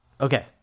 Okay